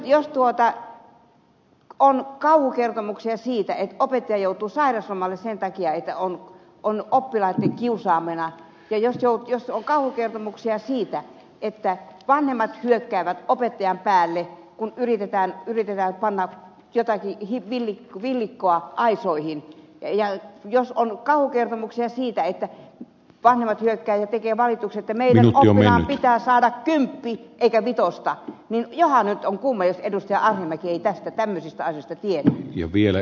jos on kauhukertomuksia siitä että opettaja joutuu sairauslomalle sen takia että on oppilaitten kiusaamana ja jos on kauhukertomuksia siitä että vanhemmat hyökkäävät opettajan päälle kun yritetään panna jotakin villikkoa aisoihin ja jos on kauhukertomuksia siitä että vanhemmat hyökkäävät ja tekevät valituksen että meidän lapsen pitää saada kymppi eikä vitosta niin johan nyt on kuuma ja tiedot ja hankkii tästä välisistä kumma jos ed